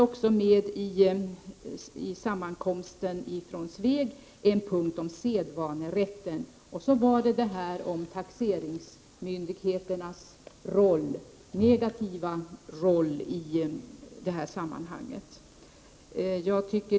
Vid sammankomsten i Sveg tog man också upp sedvanerätten och taxeringsmyndighetc. nas negativa roll i sammanhanget.